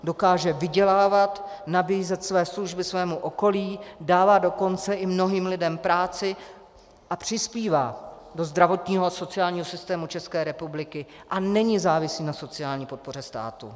Dokáže vydělávat, nabízet své služby svému okolí, dávat dokonce i mnohým lidem práci, přispívá do zdravotního a sociálního systému České republiky a není závislý na sociální podpoře státu.